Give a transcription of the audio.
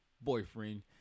boyfriend